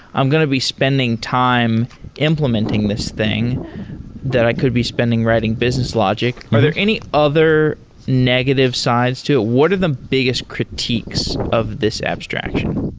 i'm going to be spending time implementing this thing that i could be spending writing business logic. are there any other negative sides to it? what are the biggest critiques of this abstraction?